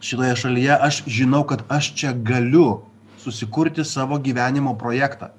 šitoje šalyje aš žinau kad aš čia galiu susikurti savo gyvenimo projektą